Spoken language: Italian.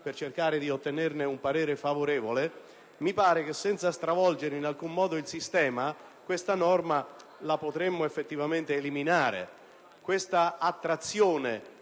per cercare di ottenerne un parere favorevole. Mi pare che, senza stravolgere in alcun modo il sistema, potremmo effettivamente eliminare questa norma.